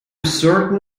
certain